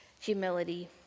humility